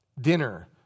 dinner